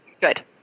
Good